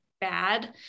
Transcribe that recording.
bad